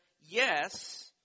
yes